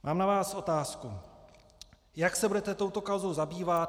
Mám na vás otázku: Jak se budete touto kauzou zabývat?